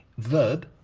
verb.